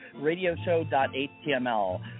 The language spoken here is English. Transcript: radioshow.html